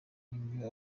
nibyo